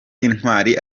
intwari